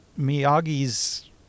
Miyagi's